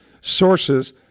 sources